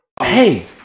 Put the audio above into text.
Hey